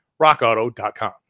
rockauto.com